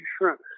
shrimp